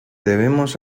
debemos